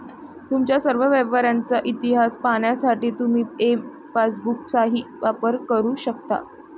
तुमच्या सर्व व्यवहारांचा इतिहास पाहण्यासाठी तुम्ही एम पासबुकचाही वापर करू शकता